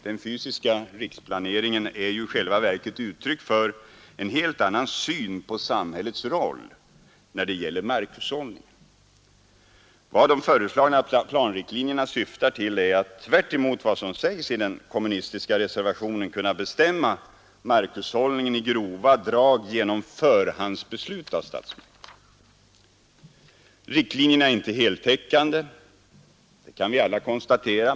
Den fysiska riksplaneringen är i själva verket uttryck för en helt annan syn på samhällets roll när det gäller markhushållningen. Vad de föreslagna planriktlinjerna syftar till är att — tvärtemot vad som sägs i den kommunistiska reservationen — kunna bestämma markhushållningen i grova drag genom förhandsbeslut av statsmakterna. Riktlinjerna är inte heltäckande, det kan vi alla konstatera.